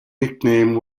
nickname